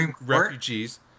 refugees